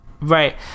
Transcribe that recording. Right